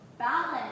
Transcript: Balance